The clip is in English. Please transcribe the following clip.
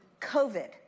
COVID